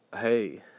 hey